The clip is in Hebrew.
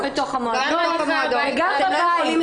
גם בתוך המועדון, גם בבית.